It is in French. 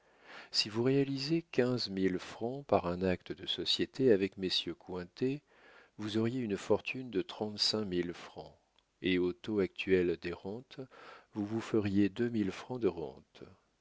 si vous réalisez quinze mille francs par un acte de société avec messieurs cointet vous auriez une fortune de trente-cinq mille francs et au taux actuel des rentes vous vous feriez deux mille francs de rente